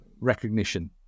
recognition